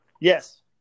Yes